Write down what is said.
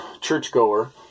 churchgoer